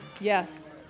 Yes